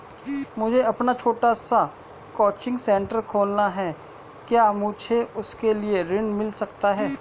मुझे अपना छोटा सा कोचिंग सेंटर खोलना है क्या मुझे उसके लिए ऋण मिल सकता है?